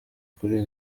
kuri